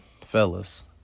Fellas